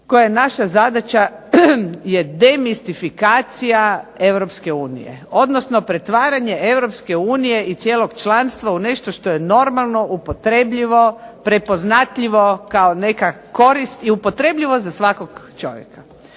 koja naša zadaća je demistifikacija Europske unije, odnosno pretvaranje Europske unije i cijelog članstva u nešto što je normalno, upotrebljivo, prepoznatljivo kao neka korist i upotrebljivo za svakog čovjeka.